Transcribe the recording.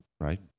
Right